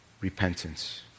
repentance